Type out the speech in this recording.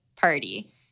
party